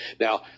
Now